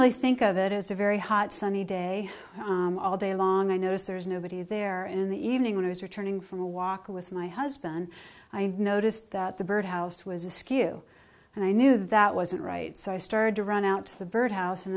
really think of it as a very hot sunny day all day long i notice there's nobody there in the evening when i was returning from a walk with my husband i noticed that the bird house was askew and i knew that wasn't right so i started to run out to the bird house and